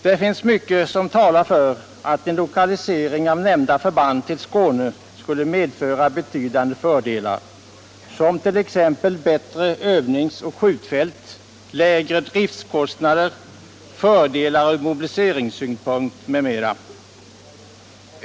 Det finns mycket som talar för att en lokalisering av nämnda förband till Skåne skulle medföra betydande fördelar, som t.ex. bättre övningsoch skjutfält, lägre driftkostnader, fördelar ur mobiliseringssynpunkt m.m.